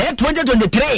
2023